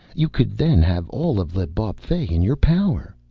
you could then have all of l'bawpfey in your power.